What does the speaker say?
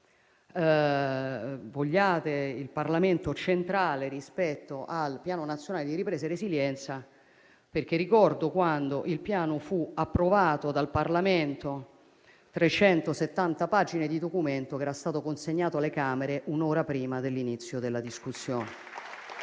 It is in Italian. vogliate il Parlamento centrale rispetto al Piano nazionale di ripresa e resilienza, perché ricordo quando il Piano fu approvato dal Parlamento: un documento di 370 pagine che era stato consegnato alle Camere un'ora prima dell'inizio della discussione.